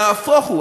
נהפוך הוא,